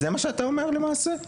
זה מה שאתה אומר למעשה?